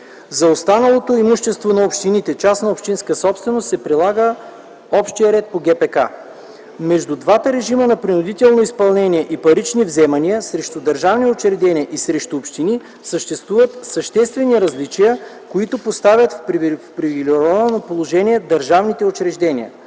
За останалото имущество на общините – частна общинска собственост се прилага общият ред по ГПК. Между двата режима на принудително изпълнение на парични вземания – срещу държавни учреждения и срещу общини, съществуват съществени различия, които поставят в привилегировано положение държавните учреждения.